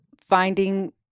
finding